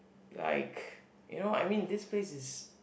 like you know I mean this place is